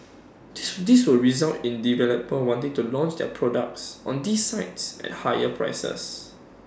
this will result in developers wanting to launch their products on these sites at higher prices